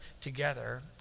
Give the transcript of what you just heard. together